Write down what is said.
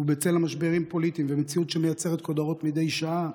ובצל משברים פוליטיים ומציאות שמייצרת כותרות מדי שעה,